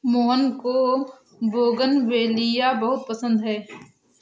मोहन को बोगनवेलिया बहुत पसंद है